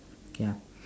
okay ah